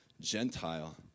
Gentile